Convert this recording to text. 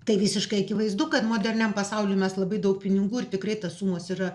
tai visiškai akivaizdu kad moderniam pasauliui mes labai daug pinigų ir tikrai tos sumos yra